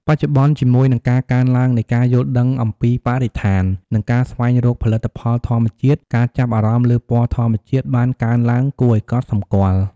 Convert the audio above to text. បច្ចុប្បន្ន ជាមួយនឹងការកើនឡើងនៃការយល់ដឹងអំពីបរិស្ថាន និងការស្វែងរកផលិតផលធម្មជាតិ ការចាប់អារម្មណ៍លើពណ៌ធម្មជាតិបានកើនឡើងគួរឱ្យកត់សម្គាល់។